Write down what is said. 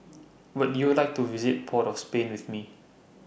Would YOU like to visit Port of Spain with Me